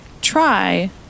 try